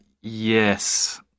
yes